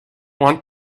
want